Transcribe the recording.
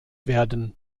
werden